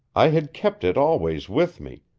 i had kept it always with me,